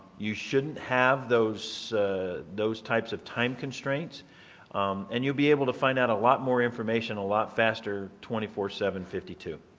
you shouldn't have those those types of time constraints and you'll be able to find out a lot more information a lot faster, twenty four seven fifty two.